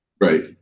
right